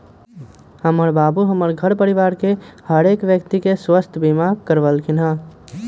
हमर बाबू हमर घर परिवार के हरेक व्यक्ति के स्वास्थ्य बीमा करबलखिन्ह